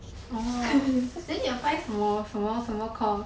oh then 你 apply 什么什么什么 course